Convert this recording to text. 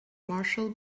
marshall